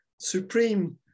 supreme